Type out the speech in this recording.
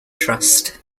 trust